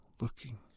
looking